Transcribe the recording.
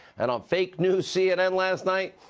and on fake news cnn last night,